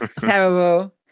terrible